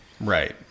right